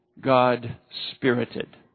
God-spirited